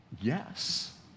Yes